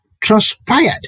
transpired